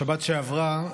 בשבת שעברה,